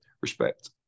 respect